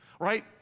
Right